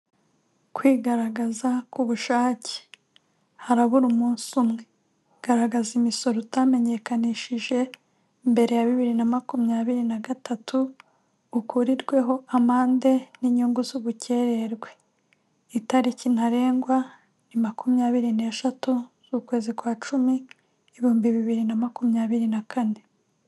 Kwigaragaza ku bushake. Harabura umunsi umwe. Garagaza imisoro utamenyekanishije mbere ya bibiri na makumyabiri na gatatu, ukuririrweho amande n'inyungu z'ubukererwe. Itariki ntarengwa ni makumyabiri n'eshatu z'ukwezi kwa cumi, ibihumbi bibiri na makumyabiri na kane.